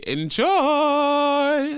Enjoy